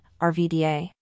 RVDA